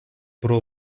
про